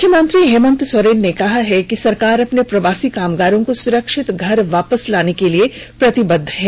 मुख्यमंत्री हेमंत सोरेन ने कहा है कि सरकार अपने प्रवासी कामगारों को सुरक्षित घर वापस लाने के लिए प्रतिबद्ध हैं